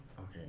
Okay